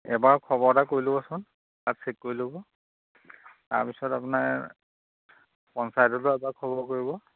এবাৰ খবৰ এটা কৰি ল'বচোন তাত চেক কৰি ল'ব তাৰপিছত আপোনাৰ পঞ্চায়তটো এবাৰ খবৰ কৰিব